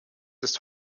ist